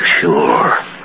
Sure